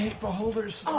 beholders so